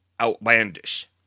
outlandish